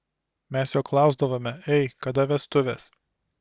mes jo klausdavome ei kada vestuvės